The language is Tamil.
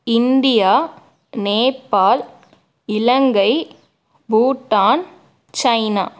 India Nepal Ilangai Bhutan China